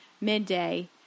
midday